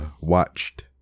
watched